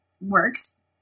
works